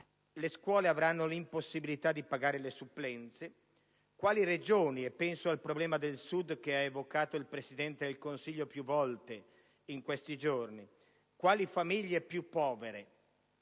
le scuole si troveranno nell'impossibilità di pagare le supplenze. Quali Regioni - e penso al problema del Sud evocato dal Presidente del Consiglio più volte in questi giorni - e quali famiglie più povere